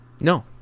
No